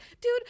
dude